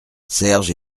serge